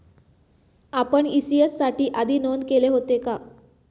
आपण इ.सी.एस साठी आधी नोंद केले होते का?